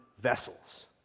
vessels